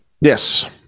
yes